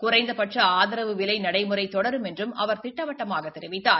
குறைந்தபட்ச ஆதரவு விலை நடைமுறை தொடரும் என்றும் அவர் திட்டவட்டமாகத் தெரிவித்தார்